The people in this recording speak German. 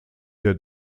der